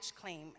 claim